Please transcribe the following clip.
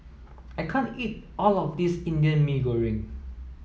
I can't eat all of this Indian Mee Goreng